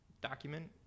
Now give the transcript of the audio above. document